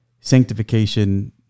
sanctification